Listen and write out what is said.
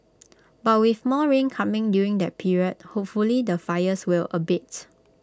but with more rain coming during that period hopefully the fires will abate